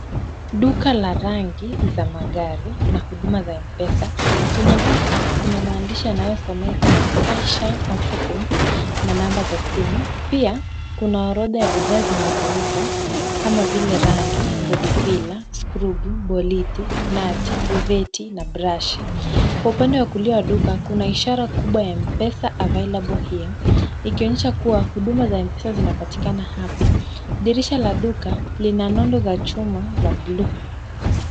Duka la rangi za magari na huduma za Mpesa. Kwenye duka kuna maandishi yanayosomeka Skyshine Auto Paint na namba za simu. Pia kuna orodha ya bidhaa zinazouzwa kama vile rangi, bodifila, skrubu, boliti, nati, riveti na brashi. Upande wa kulia wa duka kuna ishara kubwa ya Mpesa available here ikionyesha kuwa huduma za Mpesa zinapatikana hapo. Dirisha za duka zina nondo za chuma za blue .